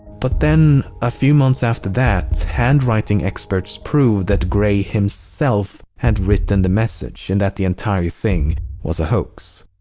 but then a few months after that, handwriting experts proved that gray himself had written the message and that the entire thing was a hoax.